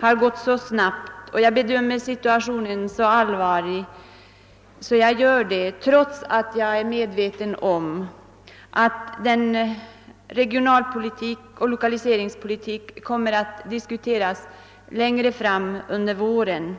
har gått så snabbt och att jag bedömer situationen som så allvarlig, att jag måste beröra saken trots att jag är medveten om att regionalpolitiken och lokaliseringspolitiken kommer att diskuteras längre fram under våren.